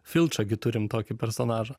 filčą gi turim tokį personažą